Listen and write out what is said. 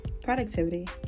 productivity